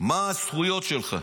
מה הזכויות שלך.